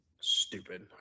Stupid